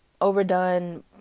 overdone